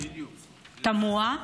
תמוה.